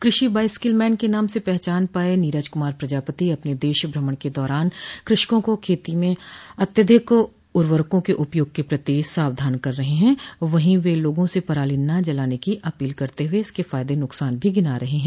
कृषि bicycle man के नाम से पहचान पाये नीरज क्मार प्रजापति अपने देश भ्रमण के दौरान कृषकों को खेती में अत्यधिक उर्वरकों के उपयोग के प्रति सावधान कर रहे हैं वहीं वे लोगों से पराली न जलाने की अपील करत हुए इसके फायदे नुकसान भी गिना रहे हैं